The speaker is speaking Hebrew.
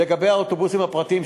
לגבי האוטובוסים הפרטיים,